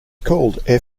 called